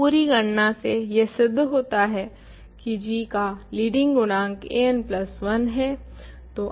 तो पूरी गणना से यह सिद्ध होता है की g का लीडिंग गुणांक an प्लस 1 है